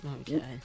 okay